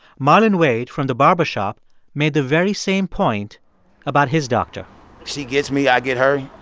marlon wade from the barbershop made the very same point about his doctor she gets me. i get her.